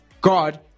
God